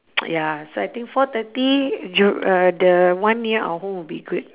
ya so I think four thirty jur~ uh the one near our home will be good